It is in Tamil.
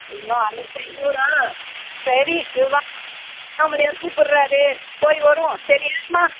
ஐய்யோ ஆயிரத்தைநூறா சரி வா அண்ணாமலையார் கூப்பிட்றாரு போய் வருவோம் சரி ஏறும்மா